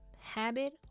habit